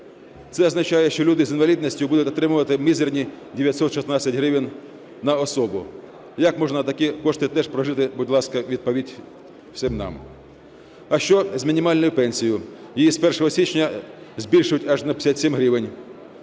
Це означає, що люди з інвалідністю будуть отримувати мізерні 916 гривень на особу. Як можна на такі кошти теж прожити, будь ласка, відповідь всім нам. А що з мінімальною пенсією? Її з 1 січня збільшують аж на 57 гривень,